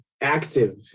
active